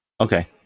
Okay